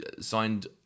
signed